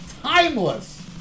timeless